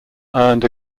earned